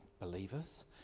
believers